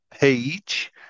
page